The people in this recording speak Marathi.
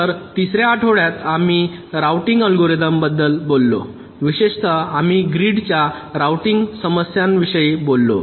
तर तिसऱ्या आठवड्यात आम्ही राउटिंग अल्गोरिदमबद्दल बोललो विशेषत आम्ही ग्रीडच्या राउटिंग समस्यांविषयी बोललो